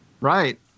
Right